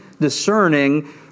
discerning